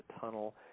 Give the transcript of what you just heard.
tunnel